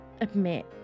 admit